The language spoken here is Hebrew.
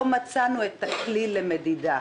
לא מצאנו את הכלי למדידה,